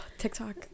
tiktok